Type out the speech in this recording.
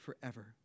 forever